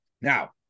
Now